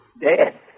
Dead